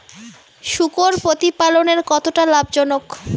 শূকর প্রতিপালনের কতটা লাভজনক?